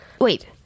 Wait